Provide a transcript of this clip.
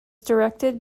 directed